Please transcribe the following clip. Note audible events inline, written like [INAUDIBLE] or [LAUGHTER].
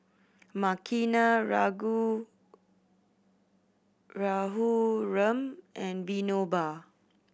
Makineni [UNINTELLIGIBLE] Raghuram and Vinoba